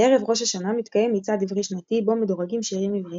בערב ראש השנה מתקיים מצעד עברי שנתי בו מדורגים שירים עבריים.